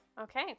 Okay